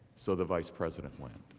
so the vice president went.